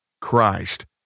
Christ